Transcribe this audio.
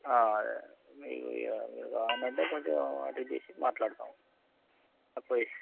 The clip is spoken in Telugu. మీరు మీరు అవును అంటే కొంచెం అటు ఇటు చేసి మాట్లాడతాం తక్కువ చేసి